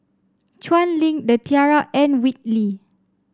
Chuan Link The Tiara and Whitley